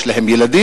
יש להם ילדים,